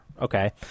okay